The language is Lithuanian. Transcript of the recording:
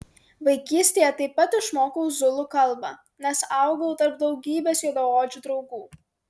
vaikystėje taip pat išmokau zulų kalbą nes augau tarp daugybės juodaodžių draugų